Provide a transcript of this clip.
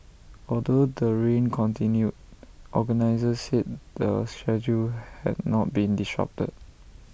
although the rain continued organisers said the schedule had not been disrupted